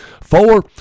Four